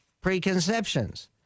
preconceptions